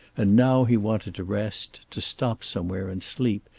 and now he wanted to rest, to stop somewhere and sleep,